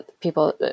people –